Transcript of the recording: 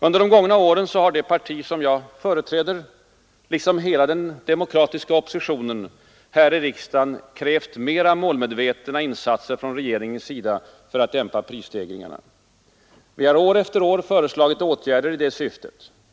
Under de gångna åren har det parti som jag företräder, liksom hela den demokratiska oppositionen, här i riksdagen krävt mera målmedvetna insatser från regeringens sida för att dämpa prisstegringarna. Vi har år efter år föreslagit åtgärder i det syftet.